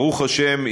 ברוך השם,